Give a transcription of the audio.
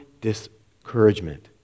discouragement